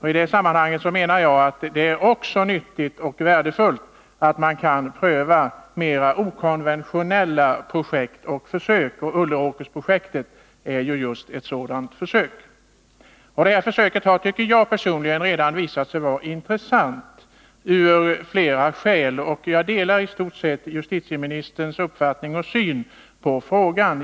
I det sammanhanget menar jag att det också är nyttigt och värdefullt att mera okonventionella projekt prövas. Ulleråkersprojektet är just ett sådant försöksprojekt. Personligen tycker jag att detta projekt redan har visat sig vara intressant, av flera skäl. Jag delar i stort sett justitieministerns uppfattning i frågan.